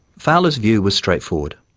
fowler's view was straightforward.